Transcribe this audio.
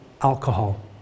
alcohol